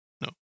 No